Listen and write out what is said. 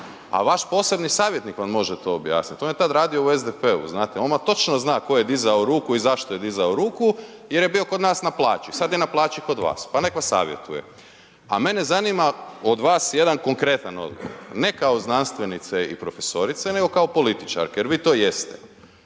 a vaš posebni savjetnik vam može to objasniti, to vam je tad radio u SDP-u, znate, on vam točno zna tko je dizao ruku i zašto je dizao ruku, jer je bio kod nas na plaći, sad je na plaći kod vas pa nek vas savjetuje. A mene zanima od vas jedan konkretan odgovor, ne kao znanstvenice i profesorice nego kao političarke jer vi to jeste.